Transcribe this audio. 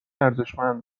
ارزشمند